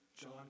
John